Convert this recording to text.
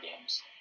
games